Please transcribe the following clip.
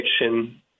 fiction